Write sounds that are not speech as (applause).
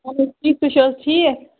(unintelligible) ٹھیٖک تُہۍ چھُو حظ ٹھیٖک